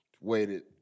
waited